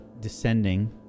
descending